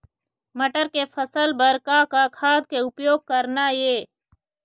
मटर के फसल बर का का खाद के उपयोग करना ये?